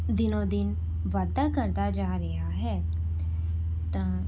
ਦਿਨੋ ਦਿਨ ਵਾਧਾ ਕਰਦਾ ਜਾ ਰਿਹਾ ਹੈ ਤਾਂ